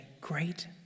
great